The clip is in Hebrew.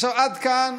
עד כאן,